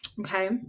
Okay